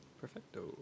Perfecto